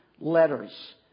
letters